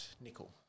nickel